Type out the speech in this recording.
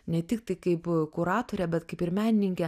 ne tiktai kaip kuratorę bet kaip ir menininkę